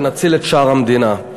ונציל את שאר המדינה.